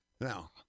Now